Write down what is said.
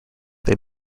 they